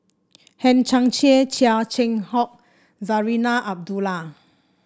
Hang Chang Chieh Chia Keng Hock Zarinah Abdullah